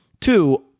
Two